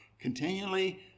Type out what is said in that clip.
continually